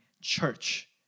church